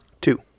two